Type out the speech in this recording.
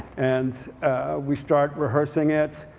and we start rehearsing it.